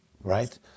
right